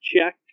check